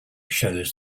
shows